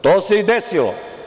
To se i desilo.